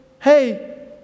Hey